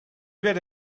werde